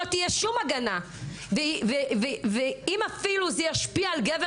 לא תהיה שום הגנה ואם אפילו זה ישפיע על גבר